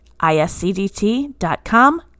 iscdt.com